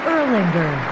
Erlinger